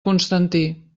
constantí